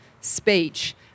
speech